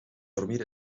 dormir